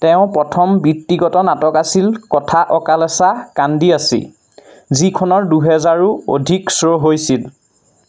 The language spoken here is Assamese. তেওঁৰ প্ৰথম বৃত্তিগত নাটক আছিল কথা অকালছা কাণ্ডিয়াচি যিখনৰ দুহেজাৰো অধিক শ্ব' হৈছিল